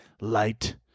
light